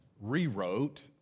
rewrote